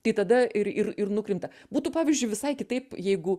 tai tada ir ir ir nukrinta būtų pavyzdžiui visai kitaip jeigu